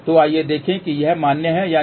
तो आइए देखें कि यह मान्य है या नहीं